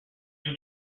two